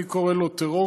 אני קורא לו "טרור